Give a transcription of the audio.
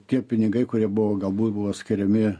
tie pinigai kurie buvo galbūt buvo skiriami